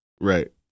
Right